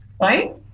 right